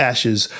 Ashes